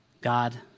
God